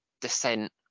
descent